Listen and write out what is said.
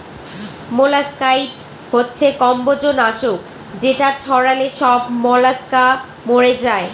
molluscicide হচ্ছে কম্বজ নাশক যেটা ছড়ালে সব মলাস্কা মরে যায়